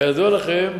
כידוע לכם,